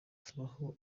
habaho